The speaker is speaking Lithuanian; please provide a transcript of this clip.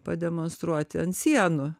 pademonstruoti ant sienų